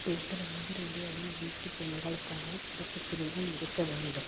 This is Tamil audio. பேப்பர் அல்லது ரேடியோவில் வீட்டுப் பெண்களுக்கான சிறப்பு பிரிவுகள் இருக்க வேண்டும்